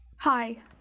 Hi